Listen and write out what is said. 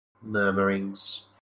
Murmurings